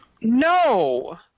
no